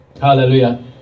Hallelujah